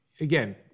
Again